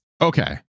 Okay